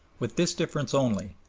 with this difference only,